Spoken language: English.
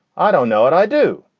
i don't know what i do.